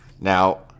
Now